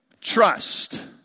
trust